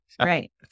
right